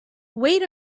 wait